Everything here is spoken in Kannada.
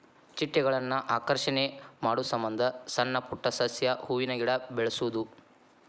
ಚಿಟ್ಟೆಗಳನ್ನ ಆಕರ್ಷಣೆ ಮಾಡುಸಮಂದ ಸಣ್ಣ ಪುಟ್ಟ ಸಸ್ಯ, ಹೂವಿನ ಗಿಡಾ ಬೆಳಸುದು